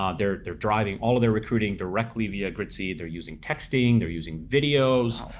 um they're they're driving all of their recruiting directly via gritseed. they're using texting, they're using videos,